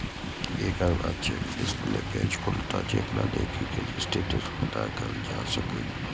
एकर बाद check display page खुलत, जेकरा देखि कें स्थितिक पता कैल जा सकैए